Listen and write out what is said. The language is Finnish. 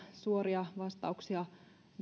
suoria vastauksia näihin kysymyksiin